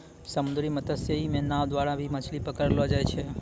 समुन्द्री मत्स्यिकी मे नाँव द्वारा भी मछली पकड़लो जाय छै